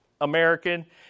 American